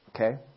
okay